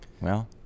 Well-